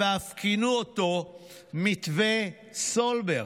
ואף כינו אותו 'מתווה סולברג'".